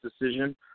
decision